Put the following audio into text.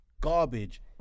garbage